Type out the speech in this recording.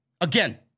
Again